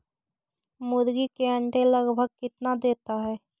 मुर्गी के अंडे लगभग कितना देता है?